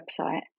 website